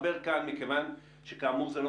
להשיג הסכמות של משפחות וזה עסק מסובך.